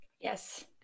Yes